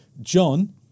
John